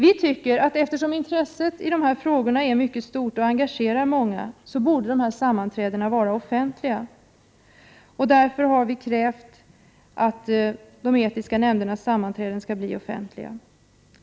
Vi tycker att eftersom intresset för dessa frågor är mycket stort och engagerar många, borde dessa sammanträden vara offentliga. Därför har vi krävt att de etiska nämndernas sammanträden skall bli offentliga.